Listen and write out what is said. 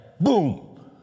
Boom